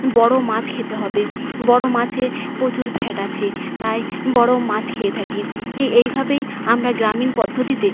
বড় মাছ খেতে হবে বড় মাচে পচুর ফ্যাট আছে তাই বড় মাছ খেয়ে থাকি এইভাবেই আমরা গ্রামীণ পদ্ধতিতে